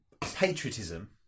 patriotism